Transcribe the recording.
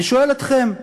אני שואל אתכם.